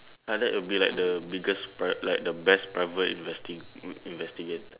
like that will be like the biggest private like the best private investi~ um investigator